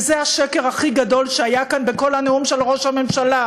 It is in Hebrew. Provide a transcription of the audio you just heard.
וזה השקר הכי גדול שהיה כאן בכל הנאום של ראש הממשלה,